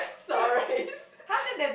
sorry